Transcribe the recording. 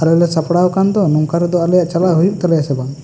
ᱟᱞᱮ ᱞᱮ ᱥᱟᱯᱲᱟᱣ ᱟᱠᱟᱱ ᱫᱚ ᱱᱚᱝᱠᱟ ᱨᱮᱫᱚ ᱟᱞᱮᱭᱟᱜ ᱪᱟᱞᱟᱣ ᱫᱚ ᱦᱩᱭᱩᱜ ᱛᱟᱞᱮᱭᱟ ᱥᱮ ᱵᱟᱝ